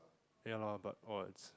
ya lor but !wah! it's